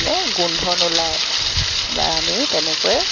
এই গোন্ধ নোলায় বা আমি তেনেকৈয়ে